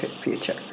future